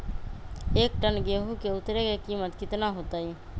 एक टन गेंहू के उतरे के कीमत कितना होतई?